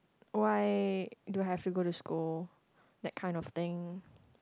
why do I have to go to school that kind of thing